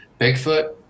Bigfoot